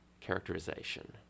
characterization